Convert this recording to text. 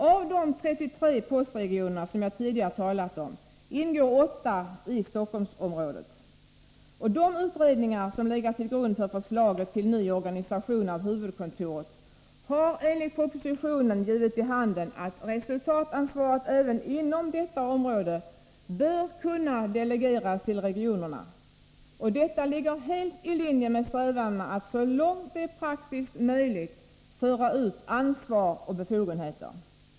Av de 33 postregionerna, som jag tidigare talat om, ingår 8 i Stockholmsområdet; De utredningar som legat till grund för förslaget till ny organisation av huvudkontoret har enligt propositionen givit vid handen att resultatansvaret även inom detta område bör kunna delegeras till regionerna. Detta ligger helt i linje med strävandena att så långt det är praktiskt möjligt föra ut ansvar och befogenheter.